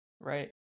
Right